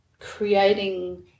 creating